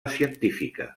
científica